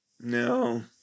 no